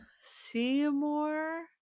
Seymour